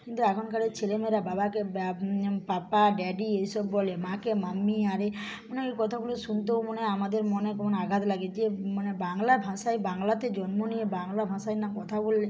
কিন্তু এখনকারের ছেলে মেয়েরা বাবাকে ব্যাব পাপা ড্যাডি এই সব বলে মাকে মাম্মি আরে মানে ওই কথাগুলো শুনতেও মনে হয় আমাদের মনে কেমন আঘাত লাগে যে মানে বাংলা ভাষায় বাংলাতে জন্ম নিয়ে বাংলা ভাষায় না কথা বললে